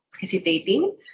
hesitating